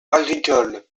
agricole